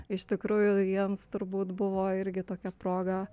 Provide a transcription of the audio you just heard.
iš tikrųjų jiems turbūt buvo irgi tokia proga